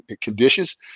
conditions